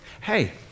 Hey